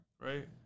right